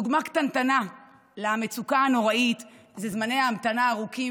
דוגמה קטנטנה למצוקה הנוראית היא זמני ההמתנה הארוכים